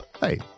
Hey